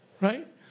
right